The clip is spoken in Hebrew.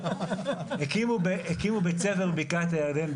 הקימו בית ספר בבקעת הירדן,